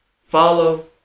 Follow